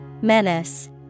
Menace